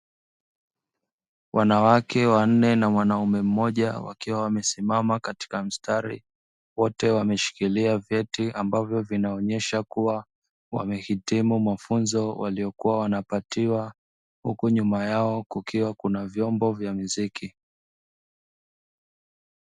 Wanawake wanne na mwanaume mmoja wakiwa wamesimama katika mstari wote wameshikilia vyeti ambavyo vinaonyesha kuwa wamehitimu mafunzo waliokuwa wanapatiwa huku nyuma yao kukiwa kuna vyombo vya miziki.